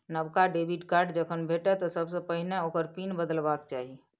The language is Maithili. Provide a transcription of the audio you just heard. नबका डेबिट कार्ड जखन भेटय तँ सबसे पहिने ओकर पिन बदलबाक चाही